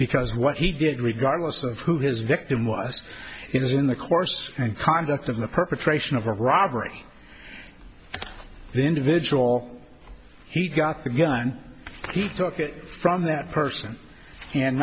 because what he did regardless of who his victim was is in the course and conduct of the perpetration of a robbery the individual he got the gun he took it from that person and